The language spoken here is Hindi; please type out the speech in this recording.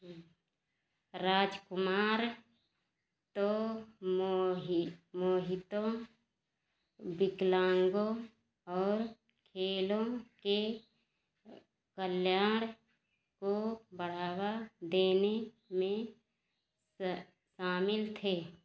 राजकुमार तोमोही मोहितो विकलान्गों और खेलों के कल्याण को बढ़ावा देने में शामिल थे